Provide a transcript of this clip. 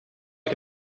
can